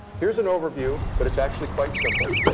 here's an overview. but it's actually quite simple.